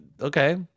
okay